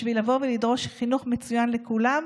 בשביל לבוא ולדרוש חינוך מצוין לכולם,